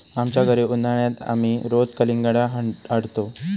आमच्या घरी उन्हाळयात आमी रोज कलिंगडा हाडतंव